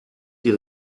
die